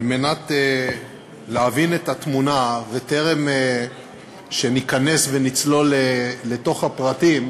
על מנת להבין את התמונה וטרם שניכנס ונצלול לתוך הפרטים,